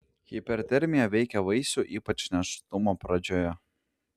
hipertermija veikia vaisių ypač nėštumo pradžioje